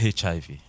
HIV